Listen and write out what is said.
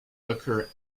occur